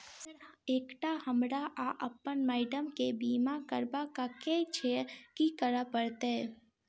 Sir एकटा हमरा आ अप्पन माइडम केँ बीमा करबाक केँ छैय की करऽ परतै?